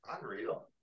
Unreal